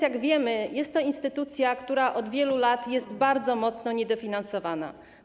Jak wiemy, jest to instytucja, która od wielu lat jest bardzo mocno niedofinansowana.